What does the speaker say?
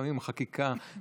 לפעמים החקיקה נגמרת,